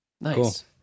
nice